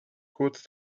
kurz